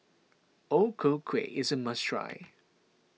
O Ku Kueh is a must try